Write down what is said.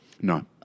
No